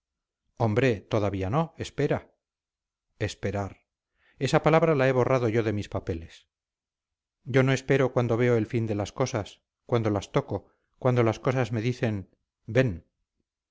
hombre todavía no espera esperar esa palabra la he borrado yo de mis papeles yo no espero cuando veo el fin de las cosas cuando las toco cuando las cosas me dicen ven